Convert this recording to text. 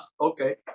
okay